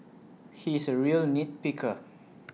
he is A real nit picker